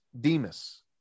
Demas